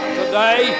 today